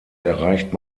erreicht